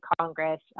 Congress